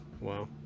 Wow